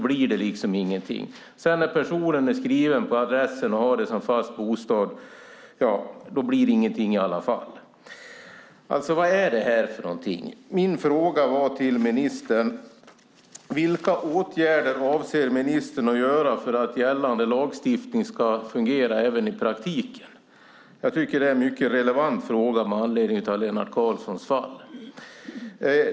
När personen sedan är skriven på adressen och har den som fast bostad blir det i alla fall ingenting. Vad är detta för någonting? Min fråga var: Vilka åtgärder avser ministern att vidta för att gällande lagstiftning ska fungera även i praktiken? Jag tycker att det är en mycket relevant fråga med anledning av Lennart Karlssons fall.